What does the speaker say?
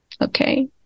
okay